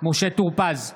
בהצבעה משה טור פז,